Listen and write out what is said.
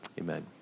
Amen